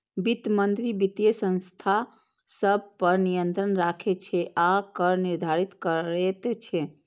वित्त मंत्री वित्तीय संस्था सभ पर नियंत्रण राखै छै आ कर निर्धारित करैत छै